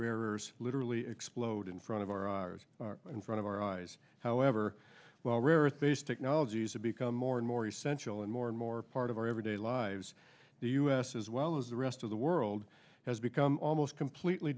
earths literally explode in front of our hours in front of our eyes however while rare earth based technologies have become more and more essential and more and more a part of our everyday lives the u s as well as the rest of the world has become almost completely